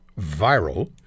viral